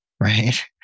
right